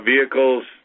vehicles